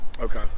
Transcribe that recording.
Okay